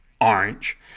orange